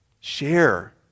Share